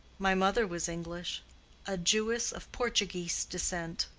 my mother was english a jewess of portuguese descent.